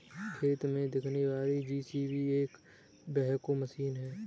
खेत में दिखने वाली जे.सी.बी एक बैकहो मशीन है